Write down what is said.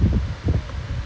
oh ya ya ya